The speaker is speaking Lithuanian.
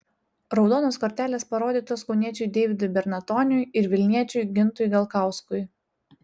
raudonos kortelės parodytos kauniečiui deividui bernatoniui ir vilniečiui gintui galkauskui